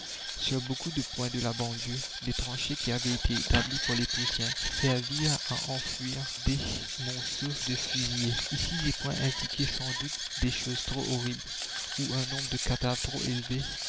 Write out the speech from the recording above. sur beaucoup de points de la banlieue les tranchées qui avaient été établies par les prussiens servirent à enfouir des monceaux de fusillés ici des points indiquaient sans doute des choses trop horribles ou un nombre de cadavres trop élevé